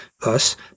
Thus